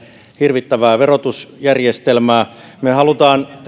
hirvittävää verotusjärjestelmää me haluamme